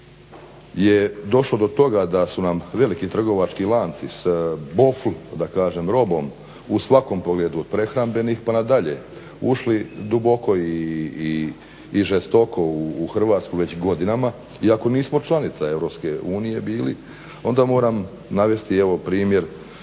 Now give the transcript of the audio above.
je došlo do toga da su nam veliki trgovački lanci s bofl da kažem robom u svakom pogledu od prehrambenih pa na dalje ušli duboko i žestoko u Hrvatsku već godinama, iako nismo članica Europske unije bili onda moram navesti evo primjer